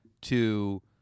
to-